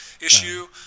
issue